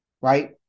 right